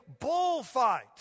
bullfight